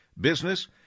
business